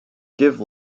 give